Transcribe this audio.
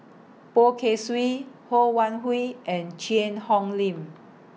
Poh Kay Swee Ho Wan Hui and Cheang Hong Lim